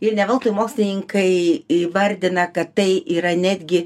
ir ne veltui mokslininkai įvardina kad tai yra netgi